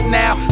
now